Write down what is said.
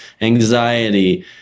anxiety